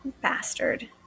bastard